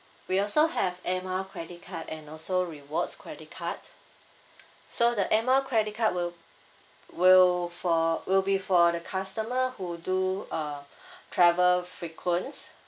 we also have air mile credit card and also rewards credit card so the air mile credit card will will for will be for the customer who do uh travel frequents